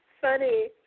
funny